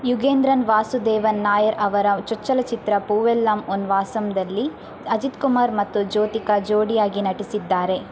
ಯುಗೇಂದ್ರನ್ ವಾಸುದೇವನ್ ನಾಯರ್ ಅವರ ಚೊಚ್ಚಲ ಚಿತ್ರ ಪೂವೆಲ್ಲಮ್ ಉನ್ ವಾಸಂದಲ್ಲಿ ಅಜಿತ್ ಕುಮಾರ್ ಮತ್ತು ಜ್ಯೋತಿಕಾ ಜೋಡಿಯಾಗಿ ನಟಿಸಿದ್ದಾರೆ